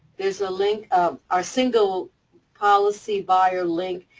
there's a link, um our single policy buyer link.